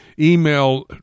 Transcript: email